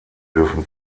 dürfen